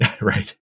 right